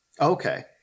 Okay